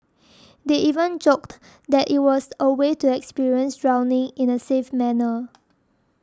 they even joked that it was a way to experience drowning in a safe manner